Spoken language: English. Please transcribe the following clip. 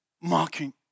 mocking